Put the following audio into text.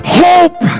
hope